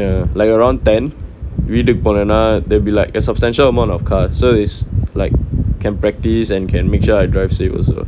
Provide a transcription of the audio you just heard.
ya like around ten வீட்டுக்கு போலனா:veetukku polaanaa there'd be like a substantial amount of cars so it's like can practice and can make sure I drive safe also